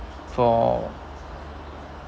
for